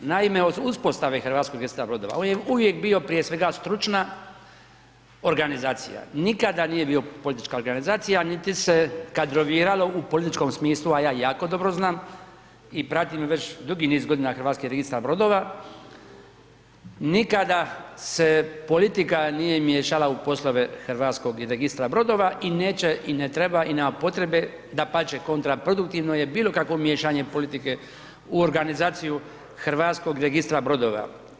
Naime, od uspostave Hrvatskog registra brodova on je uvijek bio prije svega stručna organizacija, nikada nije bio politička organizacija niti se kadroviralo u političkom smislu, a jako dobro znam i pratim već dugi niz godina Hrvatski registar brodova, nikada se politika nije miješala u politike Hrvatskog registra brodova i neće i ne treba i nema potrebe, dapače kontraproduktivno je bilo kakvo miješanje politike u organizaciju Hrvatskog registra brodova.